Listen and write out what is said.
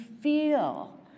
feel